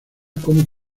cómo